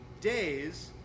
days